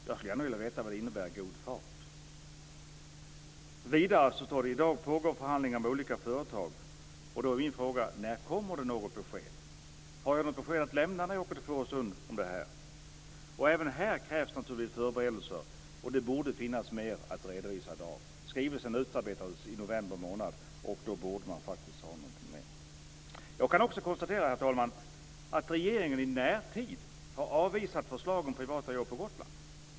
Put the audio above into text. Jag skulle gärna vilja veta vad uttrycket god fart innebär. Vidare står det: "I dag pågår förhandlingar med olika företag." Då är min fråga: När kommer det något besked? Har jag något besked att lämna när jag kommer till Fårösund? Även här krävs naturligtvis förberedelser, och sådana borde finnas att redovisa i dag. Skrivelsen utarbetades i november månad. Då borde det finnas någonting mera nu. Regeringen har i närtid avvisat förslag om privata jobb på Gotland.